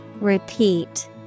Repeat